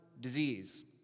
disease